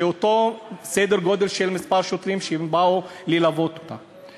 ואותו מספר שוטרים שבאו ללוות אותה.